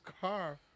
car